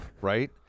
right